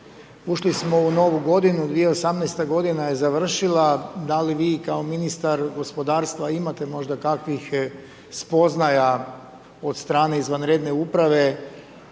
Ušli smo u novu godinu, 2018. godina je završila da li vi kao ministar gospodarstva imate možda kakvih spoznaja od strane izvanredne uprave